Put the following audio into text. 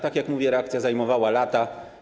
Tak jak mówię, reakcja zajmowała lata.